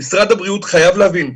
משרד הבריאות חייב להבין.